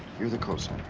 you're the cosigner.